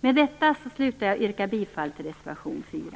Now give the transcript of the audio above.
Med detta vill jag yrka bifall till reservation 4.